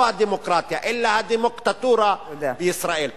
לא הדמוקרטיה אלא הדמוקטטורה בישראל.